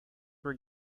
were